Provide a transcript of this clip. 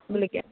വിളിക്കാം